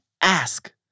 ask